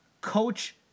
coach